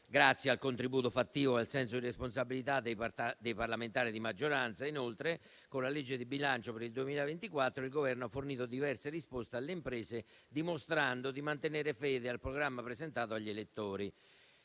Grazie al contributo fattivo e al senso di responsabilità dei parlamentari di maggioranza, inoltre, con la legge di bilancio per il 2024 il Governo ha fornito diverse risposte alle imprese, dimostrando di mantenere fede al programma presentato agli elettori.